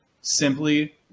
simply